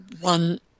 one